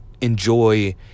enjoy